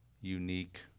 unique